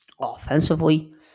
offensively